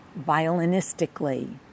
violinistically